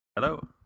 hello